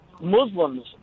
Muslims